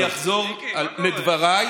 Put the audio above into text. אני אחזור לדבריי,